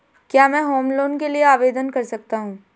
क्या मैं home loan के लिए आवेदन कर सकता हूं?